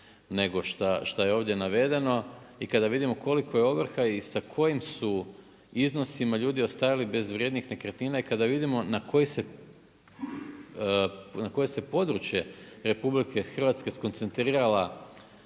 nego šta je ovdje navedeno, i kada vidimo koliko je ovrha i sa kojim su iznosima ljudi ostajali bez vrijednih nekretnina i kada vidimo na koji se područje RH skoncentrirala